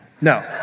No